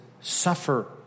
suffer